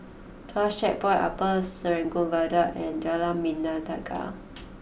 Tuas Checkpoint Upper Serangoon Viaduct and Jalan Bintang Tiga